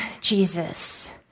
Jesus